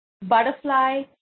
butterfly